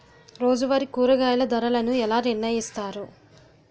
రోజువారి కూరగాయల ధరలను ఎలా నిర్ణయిస్తారు?